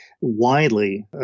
widely